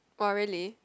oh really